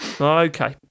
Okay